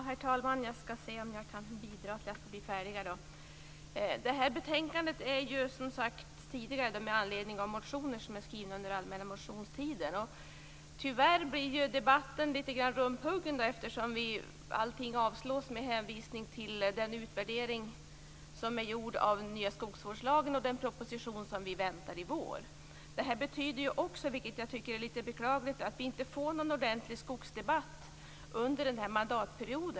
Herr talman! Det här betänkandet är som tidigare sagts framlagt med anledning av motioner som är skrivna under allmänna motionstiden. Tyvärr blir ju debatten litet grand rumphuggen eftersom allting avslås med hänvisning till den utvärdering som har gjorts av nya skogsvårdslagen och den proposition som vi väntar i vår. Det betyder, vilket jag tycker är litet beklagligt, att vi inte får någon ordentlig skogsdebatt under denna mandatperiod.